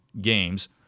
games